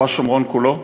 או בשומרון כולו,